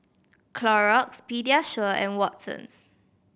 Clorox Pediasure and Watsons